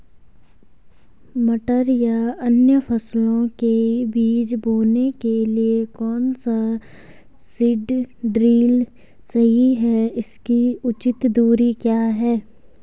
मटर या अन्य फसलों के बीज बोने के लिए कौन सा सीड ड्रील सही है इसकी उचित दूरी क्या है?